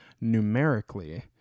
numerically